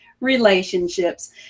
relationships